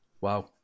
wow